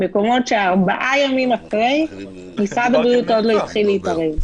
מקומות שארבעה ימים אחרי משרד הבריאות עוד לא התחיל להתערב.